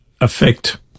affect